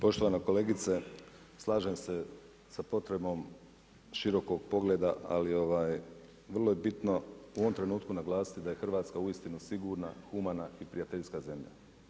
Poštovana kolegice, slažem se sa potrebom širokog pogleda ali vrlo je bitno u ovom trenutku naglasiti da je Hrvatska uistinu sigurna, humana i prijateljska zemlja.